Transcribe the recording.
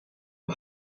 het